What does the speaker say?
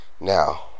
Now